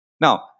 Now